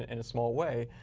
in a small way.